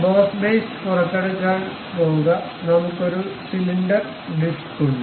boss base പുറത്തെടുക്കാൻ പോകുക നമ്മുക്ക് ഒരു സിലിണ്ടർ ഡിസ്ക് ഉണ്ട്